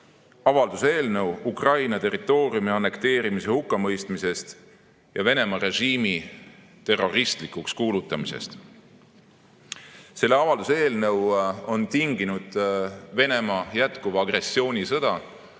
avalduse "Ukraina territooriumi annekteerimise hukkamõistmisest ja Venemaa režiimi terroristlikuks kuulutamisest" eelnõu. Selle avalduse eelnõu on tinginud Venemaa jätkuv agressioonisõda